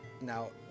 Now